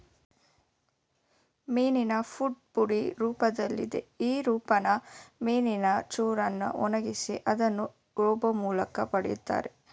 ಮೀನಿನ ಫುಡ್ ಪುಡಿ ರೂಪ್ದಲ್ಲಿದೆ ಈ ರೂಪನ ಮೀನಿನ ಚೂರನ್ನ ಒಣಗ್ಸಿ ಅದ್ನ ರುಬ್ಬೋಮೂಲ್ಕ ಪಡಿತಾರೆ